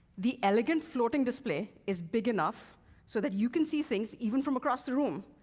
the elegant floating display is big enough so that you can see things even from across the room,